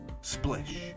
Splish